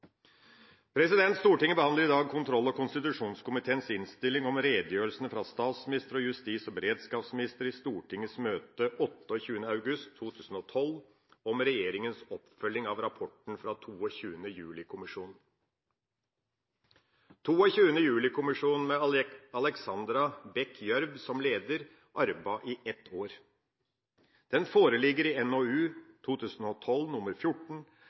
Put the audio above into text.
Stortinget behandler i dag kontroll- og konstitusjonskomiteens innstilling om redegjørelse av statsministeren og justis- og beredskapsministeren i Stortingets møte 28. august 2012 om regjeringens oppfølging av rapporten fra 22. juli-kommisjonen. 22. juli-kommisjonen, med Alexandra Bech Gjørv som leder, arbeidet i ett år. Rapporten foreligger i NOU